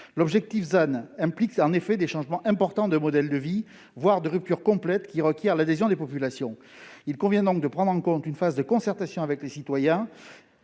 L'objectif ZAN implique en effet des changements importants de modèles de vie, voire des ruptures complètes qui requièrent l'adhésion des populations. Il convient donc de prendre en compte une phase de concertation avec les citoyens